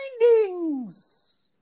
findings